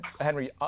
Henry